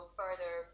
further